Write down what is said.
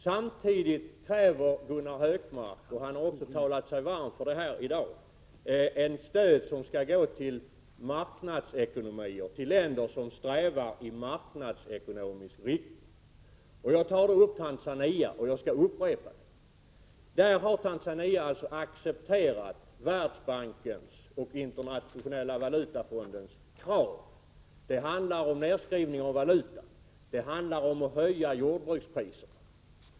Samtidigt kräver Gunnar Hökmark — det har han också talat sig varm för här i dag — ett stöd som skall gå till marknadsekonomier, till länder som strävar i marknadsekonomisk riktning. Jag tar då upp Tanzania och skall upprepa: Tanzania har accepterat Världsbankens och Internationella valutafondens krav. Det handlar om nedskrivning av valutan, höjning av jordbrukspriserna osv.